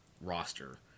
roster